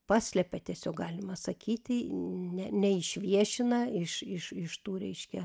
paslepia tiesiog galima sakyti ne neišviešina iš iš iš tų reiškia